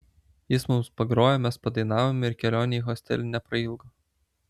jis mums pagrojo mes padainavome ir kelionė į hostelį neprailgo